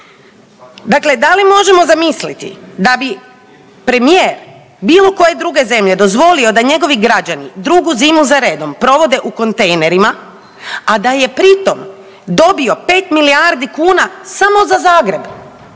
Dakle, da li možemo zamisliti da bi premijer bilo koje druge zemlje dozvolio da njegovi građani drugu zimu za redom provode u kontejnerima, a da je pritom dobio pet milijardi kuna samo za Zagreb